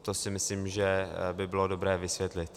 To si myslím, že by bylo dobré vysvětlit.